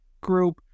group